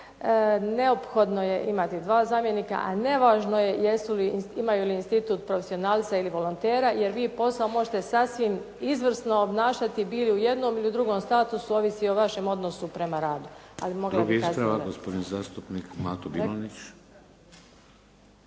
Neophodno je imati 2 zamjenika, a nevažno je imaju li institut profesionalca ili volontera jer vi posao možete sasvim izvrsno obnašati bili u jednom ili drugom statusu, ovisi o vašem odnosu prema radu, ali mogla bih … /Govornica